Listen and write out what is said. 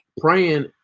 praying